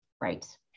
Right